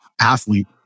athlete